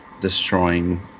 destroying